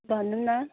भन्नु न